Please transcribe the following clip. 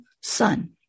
son